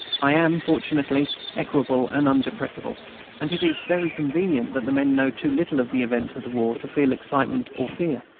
i am fortunately equable and undepressible and it is very convenient that the men know too little of the events of the war to feel excitement or fear.